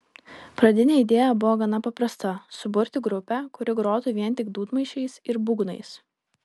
pradinė idėja buvo gana paprasta suburti grupę kuri grotų vien tik dūdmaišiais ir būgnais